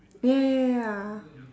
ya ya ya ya